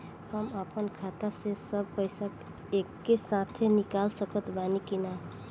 हम आपन खाता से सब पैसा एके साथे निकाल सकत बानी की ना?